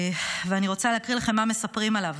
ואני רוצה להקריא לכם מה מספרים עליו: